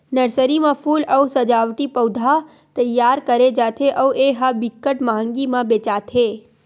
nursery म फूल अउ सजावटी पउधा तइयार करे जाथे अउ ए ह बिकट मंहगी म बेचाथे